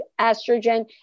estrogen